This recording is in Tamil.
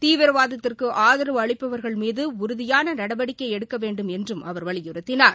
தீவிரவாதத்திற்கு ஆதரவு அளிப்பவர்கள் மீது உறுதிபான நடவடிக்கை எடுக்க வேண்டும் என்றம் அவர் வலியுறுத்தினார்